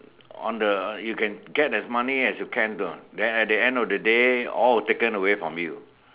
on the you can get as money as you can done then at the end of the day all will taken away from you